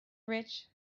rich